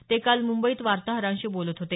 ते काल मुंबईत वातोहरांशी बोलत होते